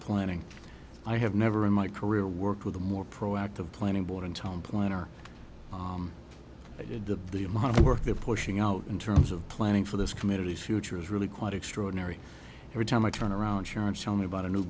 planning i have never in my career worked with a more proactive planning board and home plan or i did the the amount of work they're pushing out in terms of planning for this committee's future is really quite extraordinary every time i turn around here and show me about a new